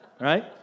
right